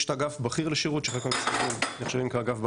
יש את אגף בכיר לשירות - נקרא אגף בכיר,